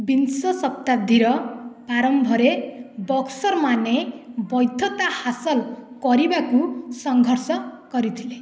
ବିଂଶ ଶତାବ୍ଦୀର ପ୍ରାରମ୍ଭରେ ବକ୍ସରମାନେ ବୈଧତା ହାସଲ କରିବାକୁ ସଂଘର୍ଷ କରିଥିଲେ